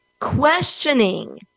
Questioning